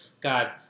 God